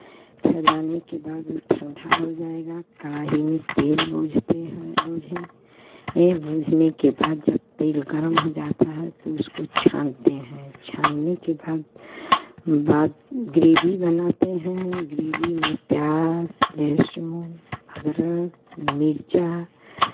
फैलाने के बाद वो ठंडा हो जाएगा कड़ाही में तेल भूँजते हैं भूजें तेल भूजने के बाद जब तेल गरम हो जाता है तो उसको छानते हैं छानने के बाद बाद ग्रेवी बनाते हैं ग्रेवी में प्याज लहसुन अदरक मिरचा